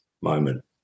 moment